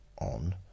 on